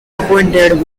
appointed